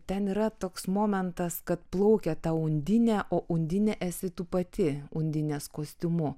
ten yra toks momentas kad plaukia ta undinė o undinė esi tu pati undinės kostiumu